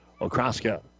Okraska